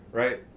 right